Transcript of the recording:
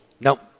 Nope